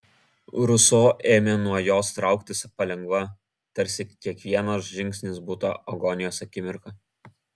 ruso ėmė nuo jos trauktis palengva tarsi kiekvienas žingsnis būtų agonijos akimirka